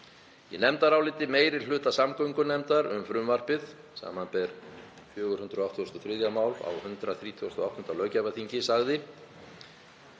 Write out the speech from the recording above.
Í nefndaráliti meiri hluta samgöngunefndar um frumvarpið, samanber 483. mál á 138. löggjafarþingi, sagði: